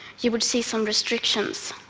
you would see some restrictions.